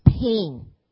pain